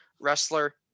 wrestler